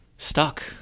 stuck